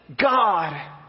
God